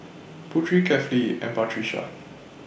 Putri Kefli and Batrisya